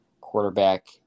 quarterback